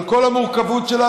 על כל המורכבות שיש,